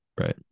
Right